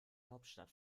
hauptstadt